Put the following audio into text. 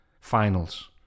Finals